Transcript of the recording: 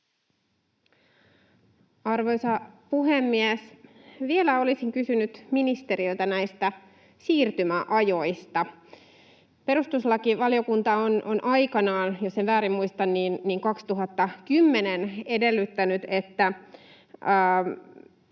Arvoisa puhemies! Vielä olisin kysynyt ministeriltä näistä siirtymäajoista. Perustuslakivaliokunta on aikanaan — jos en väärin muista, niin 2010 — edellyttänyt, että